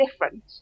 different